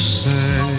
say